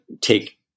take